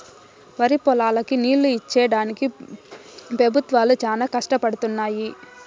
వరిపొలాలకి నీళ్ళు ఇచ్చేడానికి పెబుత్వాలు చానా కష్టపడుతున్నయ్యి